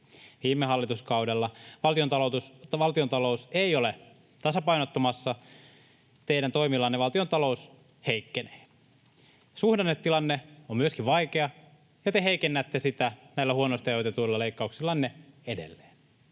te äsken?] Valtiontalous ei ole tasapainottumassa. Teidän toimillanne valtiontalous heikkenee. Suhdannetilanne on myöskin vaikea, ja te heikennätte sitä näillä huonosti ajoitetuilla leikkauksillanne edelleen.